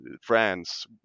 France